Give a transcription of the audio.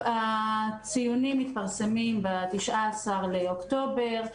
הציונים מתפרסמים ב-19 לאוקטובר.